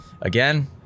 Again